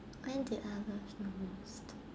when did I blush the most